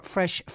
Fresh